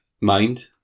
mind